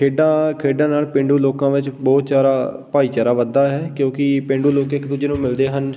ਖੇਡਾਂ ਖੇਡਣ ਨਾਲ ਪੇਂਡੂ ਲੋਕਾਂ ਵਿੱਚ ਬਹੁਚਾਰਾ ਭਾਈਚਾਰਾ ਵੱਧਦਾ ਹੈ ਕਿਉਂਕਿ ਪੇਂਡੂ ਲੋਕ ਇੱਕ ਦੂਜੇ ਨੂੰ ਮਿਲਦੇ ਹਨ